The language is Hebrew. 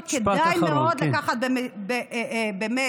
שכדאי מאוד לקחת באמת